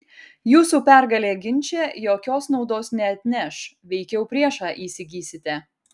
jūsų pergalė ginče jokios naudos neatneš veikiau priešą įsigysite